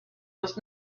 was